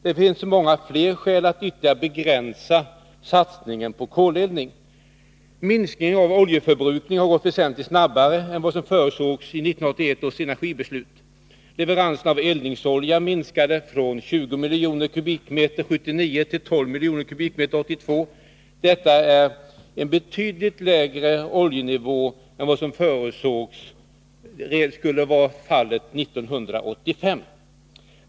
Det finns många fler skäl att ytterligare begränsa satsningen på koleldning. Minskningen av oljeförbrukningen har gått väsentligt snabbare än vad som förutsågs i 1981 års energibeslut. Leveransen av eldningsolja minskade från 20 miljoner m3 1979 till 12 miljoner m? 1982. Detta är en betydligt lägre oljeanvändning än vad som förutsågs för 1985.